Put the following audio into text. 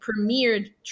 premiered